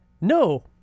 No